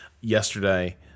yesterday